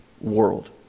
world